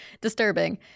disturbing